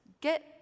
Get